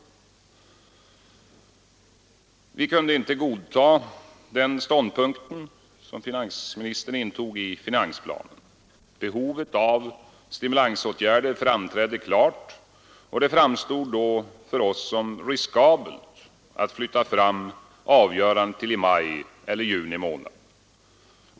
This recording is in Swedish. Centern kunde inte godta den ståndpunkt som finansministern intog i finansplanen. Behovet av stimulansåtgärder framträdde klart, och det framstod då för oss som riskabelt att flytta fram avgörandet till i maj eller juni månad.